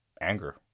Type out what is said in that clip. anger